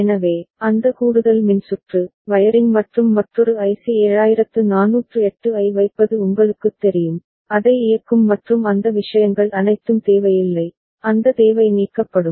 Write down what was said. எனவே அந்த கூடுதல் மின்சுற்று வயரிங் மற்றும் மற்றொரு ஐசி 7408 ஐ வைப்பது உங்களுக்குத் தெரியும் அதை இயக்கும் மற்றும் அந்த விஷயங்கள் அனைத்தும் தேவையில்லை அந்த தேவை நீக்கப்படும்